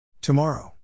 Tomorrow